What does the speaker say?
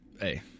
Hey